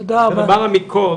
ולמעלה מכל